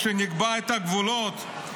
כשנקבע את הגבולות,